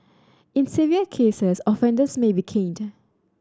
in severe cases offenders may be caned